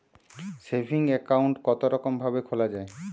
Saving account কতরকম ভাবে খোলা য়ায়?